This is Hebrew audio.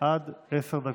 עד עשר דקות.